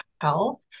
health